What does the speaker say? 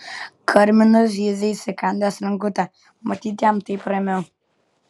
karminas zyzia įsikandęs rankutę matyt jam taip ramiau